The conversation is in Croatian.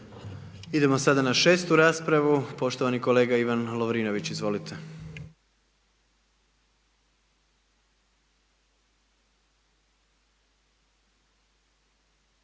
Imamo nekoliko replika. Poštovani kolega Ivan Lovrinović, izvolite.